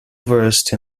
versed